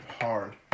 Hard